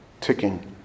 ticking